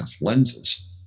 lenses